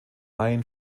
ein